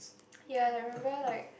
ya like remember like